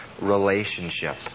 relationship